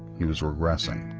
he was regressing,